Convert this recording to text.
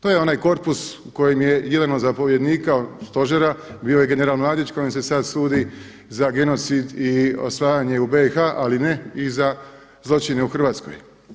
To je onaj korpus u kojem je jedan od zapovjednika stožera bio i general Mladić kojem se sad sudi za genocid i osvajanje u BIH ali ne i za zločine u Hrvatskoj.